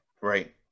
right